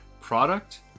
Product